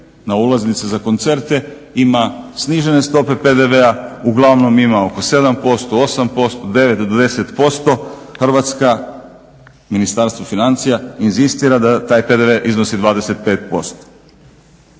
na ulaznice za koncerte ima snižene stope PDV-a, uglavnom ima oko 7%, 8%, 9 do 10%. Hrvatska, Ministarstvo financija inzistira da taj PDV iznosi 25%.